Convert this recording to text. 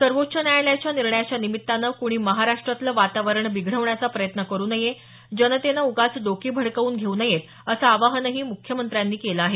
सर्वोच्च न्यायालयाच्या निर्णयाच्या निमित्तानं कुणी महाराष्ट्रातलं वातावरण बिघडवण्याचा प्रयत्न करु नये जनतेनं उगाच डोकी भडकवून घेऊ नयेत असं आवाहनही मुख्यमंत्र्यांनी केलं आहे